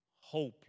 hope